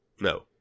No